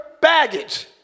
baggage